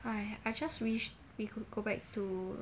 !hais! I just wish we could go back to